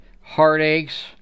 heartaches